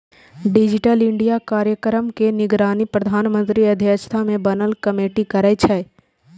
digital India कार्यक्रम के निगरानी प्रधानमंत्रीक अध्यक्षता मे बनल कमेटी करै छै